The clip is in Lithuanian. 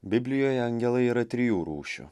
biblijoje angelai yra trijų rūšių